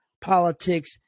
politics